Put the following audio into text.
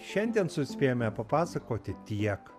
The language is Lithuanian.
šiandien suspėjome papasakoti tiek